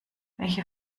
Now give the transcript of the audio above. welche